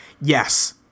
Yes